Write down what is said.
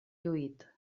lluït